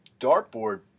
dartboard